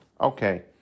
Okay